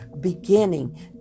beginning